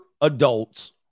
adults